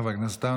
חבר הכנסת,